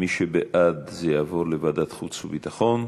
מי שבעד, זה יעבור לוועדת החוץ והביטחון.